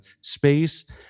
space